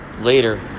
later